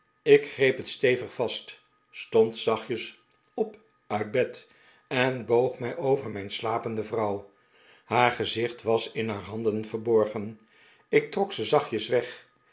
ik greep het stevig vast stond zachtjes op uit bed en boog mij over mijn slapende vrouw haar gezicht was in haar handen verborgen ik trok ze zachtjes weg